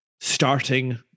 starting